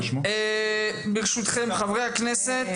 ברשותכם חברי הכנסת,